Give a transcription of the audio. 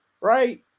right